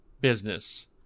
business